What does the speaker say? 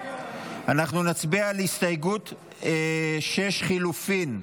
אנחנו נצביע על הסתייגות 6 לחלופין.